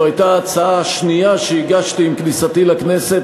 זו הייתה ההצעה השנייה שהגשתי עם כניסתי לכנסת.